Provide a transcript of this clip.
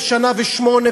ושנה ושמונה,